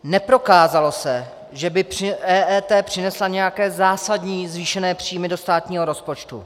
Neprokázalo se, že by EET přinesla nějaké zásadní zvýšené příjmy do státního rozpočtu.